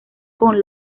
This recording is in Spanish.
con